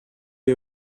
you